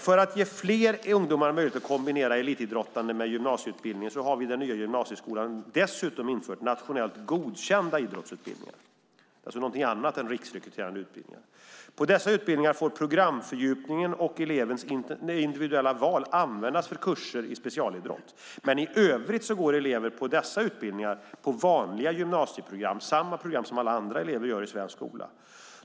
För att ge fler ungdomar möjlighet att kombinera elitidrottande med gymnasieutbildning har vi i den nya gymnasieskolan nu dessutom infört nationellt godkända idrottsutbildningar. Det är någonting annat än riksrekryterande utbildningar. På dessa utbildningar får programfördjupningen och elevens individuella val användas för kurser i specialidrott. Men i övrigt går eleverna på dessa utbildningar på vanliga gymnasieprogram, samma program som alla andra elever i svensk skola.